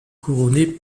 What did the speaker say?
couronnée